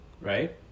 right